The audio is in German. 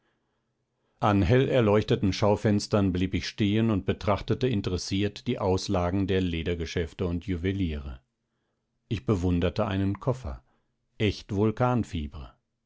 an hellerleuchteten schaufenstern blieb ich stehen und betrachtete interessiert die auslagen der ledergeschäfte und juweliere ich bewunderte einen koffer echt